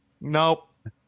Nope